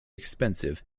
expensive